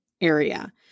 area